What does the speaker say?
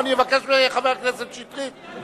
אני אבקש מחבר הכנסת שטרית,